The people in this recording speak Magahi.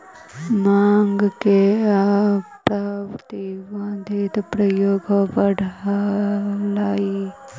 भाँग के अप्रतिबंधित प्रयोग होवऽ हलई